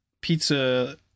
pizza